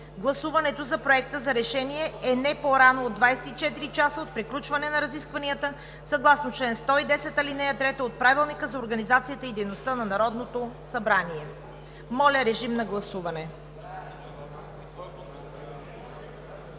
Гласуването на Проекта за решение е не по-рано от 24 часа от приключване на разискванията съгласно чл. 110, ал. 3 от Правилника за организацията и дейността на Народното събрание. Моля, режим на гласуване.